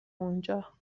اونجا